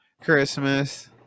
Christmas